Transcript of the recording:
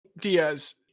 Diaz